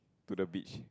to the beach